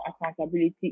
accountability